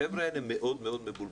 החבר'ה האלה מאוד מאוד מבולבלים.